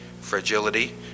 fragility